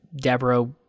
Deborah